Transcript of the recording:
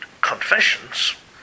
Confessions